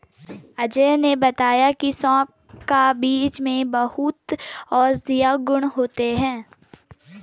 अजय ने बताया की सौंफ का बीज में बहुत औषधीय गुण होते हैं